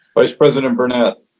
vice president burnett?